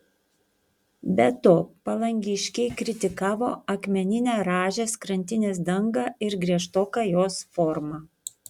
be to palangiškiai kritikavo akmeninę rąžės krantinės dangą ir griežtoką jos formą